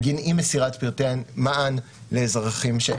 בגין אי-מסירת פרטי המען של אזרחים.